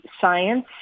science